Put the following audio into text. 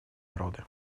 народы